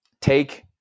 take